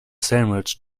sandwich